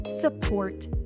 support